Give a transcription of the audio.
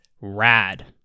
rad